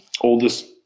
oldest